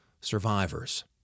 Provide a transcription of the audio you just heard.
survivors